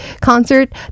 concert